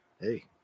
Hey